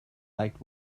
light